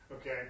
Okay